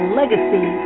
legacy